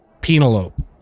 penelope